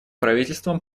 правительствам